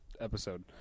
episode